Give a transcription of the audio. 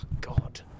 God